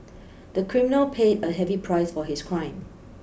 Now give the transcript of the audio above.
the criminal paid a heavy price for his crime